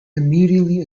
immediately